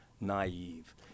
naive